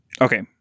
Okay